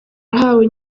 yahawe